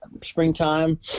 springtime